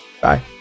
Bye